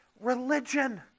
religion